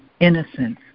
innocence